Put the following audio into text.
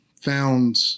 found